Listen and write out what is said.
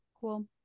Cool